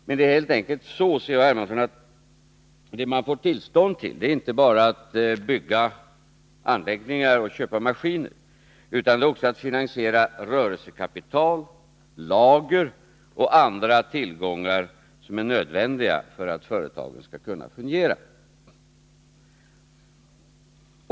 Men det är helt enkelt så, Carl-Henrik Hermansson, att det som företagen får tillstånd till inte bara är att bygga anläggningar och köpa maskiner utan också att finansiera rörelsekapital, lager och andra tillgångar som är nödvändiga för att företagen skall kunna fungera.